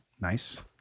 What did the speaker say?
Nice